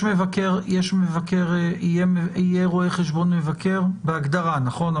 יהיה רואה חשבון מבקר בהגדרה, נכון?